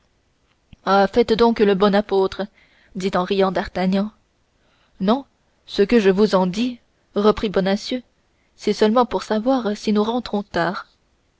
ah faites donc le bon apôtre dit en riant d'artagnan non ce que je vous en dis reprit bonacieux c'est seulement pour savoir si nous rentrons tard